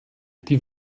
die